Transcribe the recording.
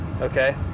okay